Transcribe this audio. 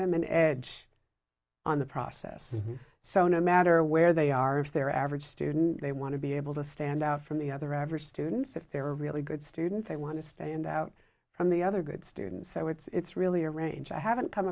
them an edge on the process so no matter where they are if their average student they want to be able to stand out from the other average students if they're really good students they want to stand out from the other good students so it's really a range i haven't come